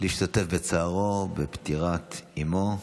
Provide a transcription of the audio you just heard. להשתתף בצערו בפטירת אימו,